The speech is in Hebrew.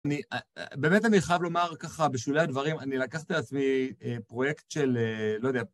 באמת אני חייב לומר ככה בשולי הדברים, אני לקחתי לעצמי פרויקט של לא יודע...